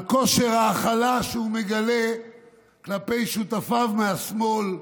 על כושר ההכלה שהוא מגלה כלפי שותפיו מהשמאל,